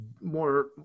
more